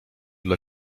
dla